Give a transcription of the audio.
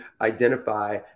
identify